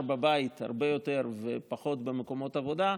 בבית הרבה יותר ופחות נמצא במקומות העבודה,